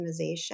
optimization